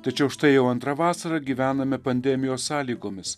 tačiau štai jau antrą vasarą gyvename pandemijos sąlygomis